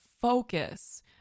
focus